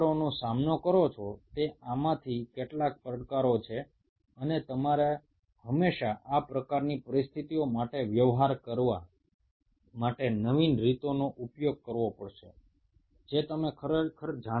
সুতরাং এই ধরনের পরিস্থিতিগুলোর সাথে যুঝে চলবার জন্য তোমাদেরকে সব সময় বিভিন্ন উপায় খুঁজে বার করতে হবে কারণ তোমরা জানো না কি ঘটতে চলেছে